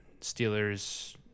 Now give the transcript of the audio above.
Steelers